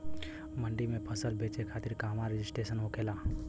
मंडी में फसल बेचे खातिर कहवा रजिस्ट्रेशन होखेला?